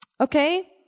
Okay